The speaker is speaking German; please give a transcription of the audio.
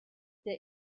der